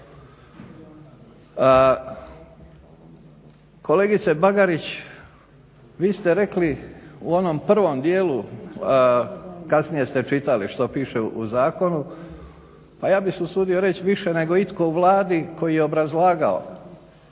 Kolegice Bagarić, vi ste rekli u onom prvom dijelu, kasnije ste čitali što piše u zakonu, a ja bih se usudio reći više nego itko u Vladi koji je obrazlagao